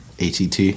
ATT